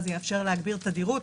זה יאפשר להגביר תדירות.